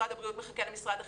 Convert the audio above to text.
משרד הבריאות מחכה למשרד החינוך.